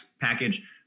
package